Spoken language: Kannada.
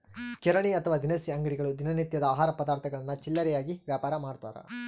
ಕಿರಾಣಿ ಅಥವಾ ದಿನಸಿ ಅಂಗಡಿಗಳು ದಿನ ನಿತ್ಯದ ಆಹಾರ ಪದಾರ್ಥಗುಳ್ನ ಚಿಲ್ಲರೆಯಾಗಿ ವ್ಯಾಪಾರಮಾಡ್ತಾರ